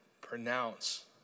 pronounce